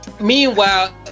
Meanwhile